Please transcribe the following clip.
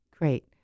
great